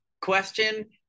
question